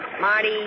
Marty